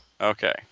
Okay